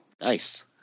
Nice